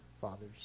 fathers